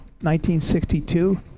1962